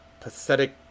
pathetic